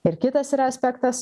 ir kitas yra aspektas